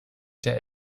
der